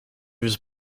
was